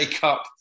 Cup